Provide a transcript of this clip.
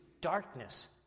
darkness